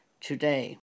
today